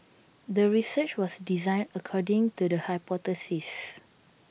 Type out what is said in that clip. the research was designed according to the hypothesis